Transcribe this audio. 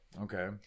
Okay